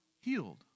healed